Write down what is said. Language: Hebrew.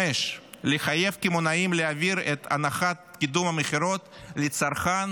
5. לחייב קמעונאים להעביר את הנחת קידום המכירות לצרכן